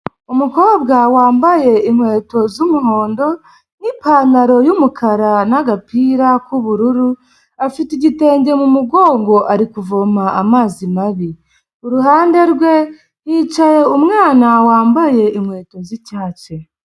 Umukobwa wambaye inkweto z'umuhondo n'ipantaro y'umukara n'agapira k'ubururu, afite igitenge mu mugongo ari kuvoma amazi mabi, ku ruhande rwe hicaye umwana wambaye inkweto z'icyatsi.